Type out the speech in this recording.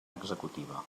executiva